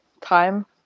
time